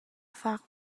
fak